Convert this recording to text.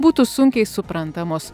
būtų sunkiai suprantamos